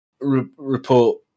report